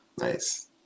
Nice